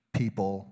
people